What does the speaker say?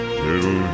till